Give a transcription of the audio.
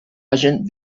hagen